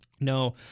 No